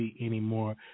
anymore